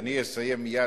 אדוני, אני אסיים מייד.